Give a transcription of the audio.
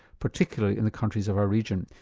particularly in the countries of our region.